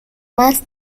más